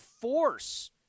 force